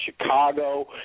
Chicago